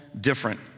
different